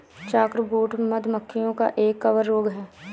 chalkbrood, मधु मक्खियों का एक कवक रोग है